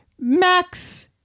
Max